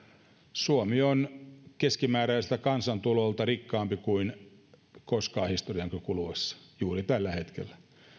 suomi on keskimääräiseltä kansantulolta rikkaampi kuin koskaan historian kuluessa juuri tällä hetkellä